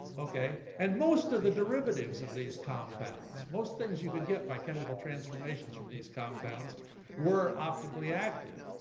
okay, and most of the derivatives of these compounds, most things you could get by chemical transformations from these compounds were optically active,